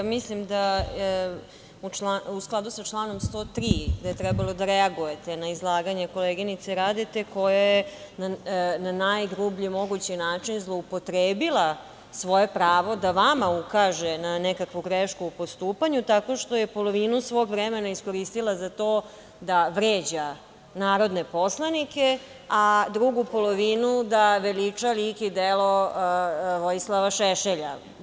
Mislim da u skladu sa članom 103. je trebalo da reagujete na izlaganje koleginice Radete koja je na najgrublji mogući način zloupotrebila svoje pravo da vama ukaže na nekakvu grešku u postupanju, tako što je polovinu svog vremena iskoristila za to da vređa narodne poslanike, a drugu polovinu da veliča lik i delo Vojislava Šešelja.